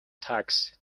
tags